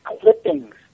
clippings